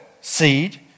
seed